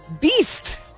beast